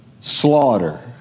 Slaughter